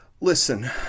listen